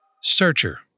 Searcher